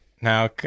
now